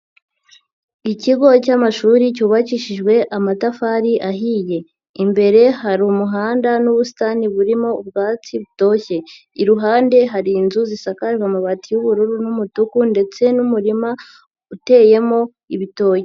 Ikigo cy'amashuri cyubakishijwe amatafari ahiye, imbere hari umuhanda n'ubusitani burimo ubwatsi butoshye, iruhande hari inzu zisakajwe amabati y'ubururu n'umutuku ndetse n'umurima uteyemo ibitoki.